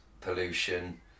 pollution